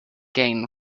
gain